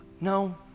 No